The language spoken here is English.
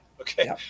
Okay